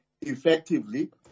effectively